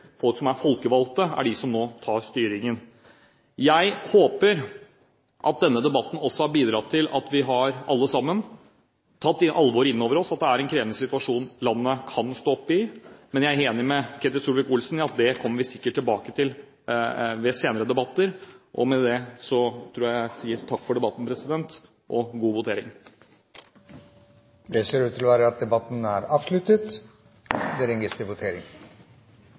folk som er folkevalgte, er de som nå tar styringen. Jeg håper at denne debatten også har bidratt til at vi alle sammen har tatt det alvoret inn over oss at det er en krevende situasjon landet kan stå oppe i, men jeg er enig med Ketil Solvik-Olsen i at det kommer vi sikkert tilbake til ved senere debatter. Med dette tror jeg at jeg sier takk for debatten og god votering! Flere har ikke bedt om ordet i sakene nr. 1–4. Vi er klare til å gå til votering over dagens kart. Under debatten er